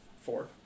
four